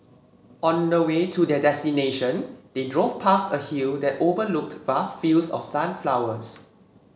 on the way to their destination they drove past a hill that overlooked vast fields of sunflowers